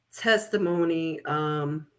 testimony